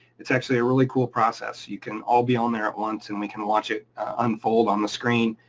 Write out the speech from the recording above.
it's actually a really cool process, you can all be on there at once and we can watch it unfold on the screen,